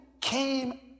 came